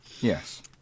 yes